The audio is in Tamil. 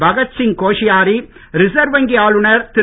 பகத் சிங் கோஷ்யாரி ரிசர்வ் வங்கி ஆளுநர் திரு